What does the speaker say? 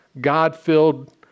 God-filled